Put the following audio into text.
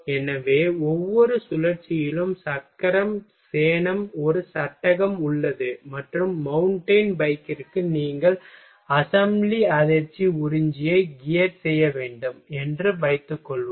எனவே ஒவ்வொரு சுழற்சியிலும் சக்கர சேணம் ஒரு சட்டகம் உள்ளது மற்றும் மவுண்டன் பைக்கிற்கு நீங்கள் அசெம்பிளி அதிர்ச்சி உறிஞ்சியை கியர் செய்ய வேண்டும் என்று வைத்துக்கொள்வோம்